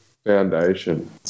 foundation